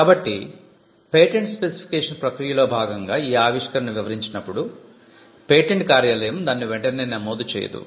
కాబట్టి patent specification ప్రక్రియలో భాగంగా ఈ ఆవిష్కరణను వివరించినప్పుడు పేటెంట్ కార్యాలయం దానిని వెంటనే నమోదు చేయదు